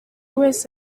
wese